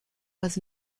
was